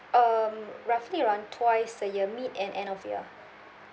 um roughly around twice a year mid and end of year